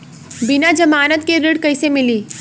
बिना जमानत के ऋण कईसे मिली?